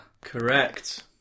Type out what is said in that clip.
Correct